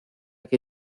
que